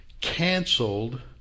canceled